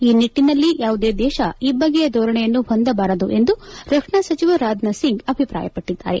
ಈ ನಿಟ್ಲನಲ್ಲಿ ಯಾವುದೇ ದೇಶ ಇಭ್ಗೆಯ ಧೋರಣೆಯನ್ನು ಹೊಂದಬಾರದು ಎಂದು ರಕ್ಷಣಾ ಸಚಿವ ರಾಜನಾಥ್ ಸಿಂಗ್ ಅಭಿಪ್ರಾಯ ಪಟ್ಟಿದ್ದಾರೆ